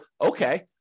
okay